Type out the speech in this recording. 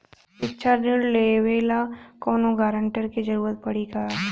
शिक्षा ऋण लेवेला कौनों गारंटर के जरुरत पड़ी का?